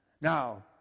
Now